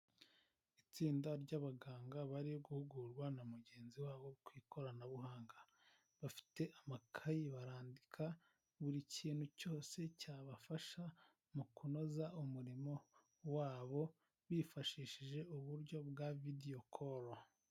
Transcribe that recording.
Itsinda ry'abaganga bari guhugurwa na mugenzi wabo ku ikoranabuhanga, bafite amakayi barandika buri kintu cyose cyabafasha mu kunoza umurimo wabo bifashishije uburyo bwa vidiyo koru.